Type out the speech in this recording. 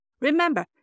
Remember